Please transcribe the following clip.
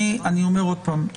אני אומר עוד פעם.